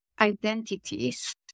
identities